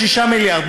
26 מיליארד.